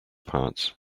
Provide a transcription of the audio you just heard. parts